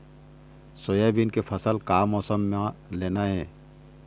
Soybean के फसल का मौसम म लेना ये?